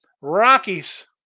Rockies